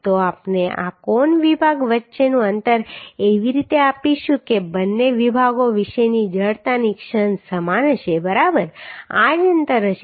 તો આપણે આ કોણ વિભાગ વચ્ચેનું અંતર એવી રીતે આપીશું કે બંને વિભાગો વિશેની જડતાની ક્ષણ સમાન હશે બરાબર આ જ અંતર હશે